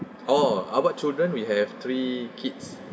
oh about children we have three kids